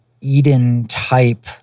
Eden-type